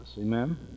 Amen